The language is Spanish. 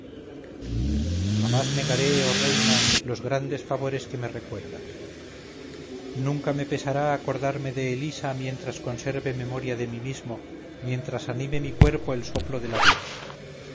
jamás negaré oh reina los grandes favores que me recuerdas nunca me pesará acordarme de elisa mientras conserve memoria de mí mismo mientras anime mi cuerpo el soplo de la vida